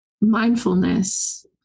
mindfulness